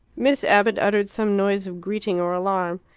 miss abbott uttered some noise of greeting or alarm.